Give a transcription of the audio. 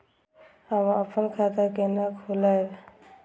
हम अपन खाता केना खोलैब?